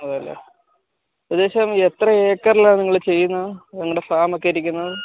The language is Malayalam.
അതേയല്ലേ ഏകദേശം എത്ര ഏക്കറിലാണ് നിങ്ങൾ ചെയ്യുന്നത് നിങ്ങളുടെ ഫാമൊക്കെ ഇരിക്കുന്നത്